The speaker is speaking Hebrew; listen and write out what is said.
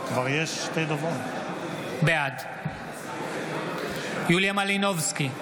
בעד יוליה מלינובסקי,